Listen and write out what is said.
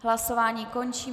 Hlasování končím.